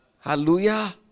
hallelujah